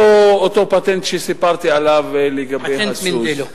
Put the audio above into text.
אותו פטנט שסיפרתי עליו לגבי הסוס.